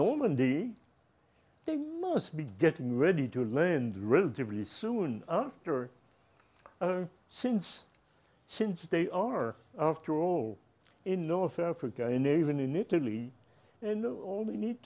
normandy must be getting ready to lend relatively soon after or since since they are after all in north africa in a even in italy and know all they need